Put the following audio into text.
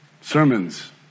sermons